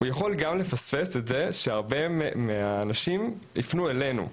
יכול גם לפספס את זה שהרבה מהאנשים יפנו אלינו.